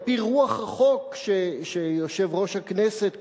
על-פי רוח החוק שיושב-ראש הכנסת קודם,